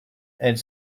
elles